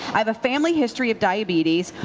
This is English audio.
i have a family history of diabetes.